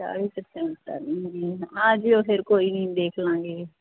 ਚਾਲੀ ਪ੍ਰਸੈਂਟ ਆ ਜੀ ਉਹ ਫਿਰ ਕੋਈ ਨਹੀਂ ਦੇਖ ਲਾਂਗੇ